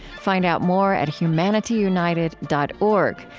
find out more at humanityunited dot org,